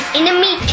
enemy